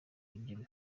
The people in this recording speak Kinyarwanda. ibyo